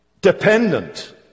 dependent